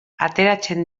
ateratzen